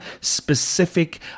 specific